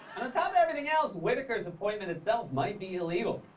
and on top of everything else, whitaker's appointment itself might be illegal.